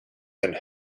and